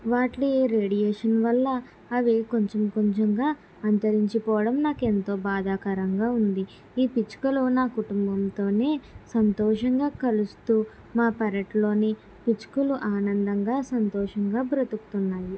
వాట్లి radiation వల్ల అవి కొంచెం కొంచెంగా అంతరించిపోవడం నాకు ఎంతో బాధాకరంగా ఉంది ఈ పిచ్చుకలు నా కుటుంబంతోనే సంతోషంగా కలుస్తూ మా పెరట్లోని పిచ్చుకలు ఆనందంగా సంతోషంగా బ్రతుకుతున్నాయి